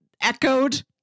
echoed